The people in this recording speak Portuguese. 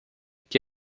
que